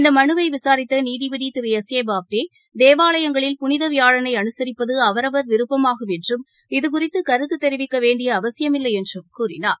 இந்தமனுவைவிசாரித்தநீதிபதிதிரு போஹ்டே தேவாலயங்களில் S A புனிதவியாழனைஅனுசரிப்பதுஅவரவர் விருப்பமாகும் என்றும் இத குறித்துகருத்துதெரிவிக்கவேண்டியஅவசியமில்லைஎன்றும் கூறினார்